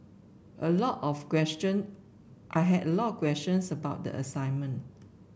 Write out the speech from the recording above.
a lot of question I had a lot of questions about the assignment